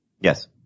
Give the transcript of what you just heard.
Yes